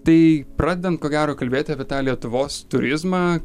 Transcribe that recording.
tai pradedant ko gero kalbėti apie tą lietuvos turizmą